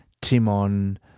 Timon